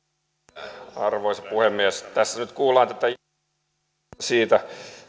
arvoisa arvoisa puhemies tässä nyt kuullaan tätä iänikuista jankkausta siitä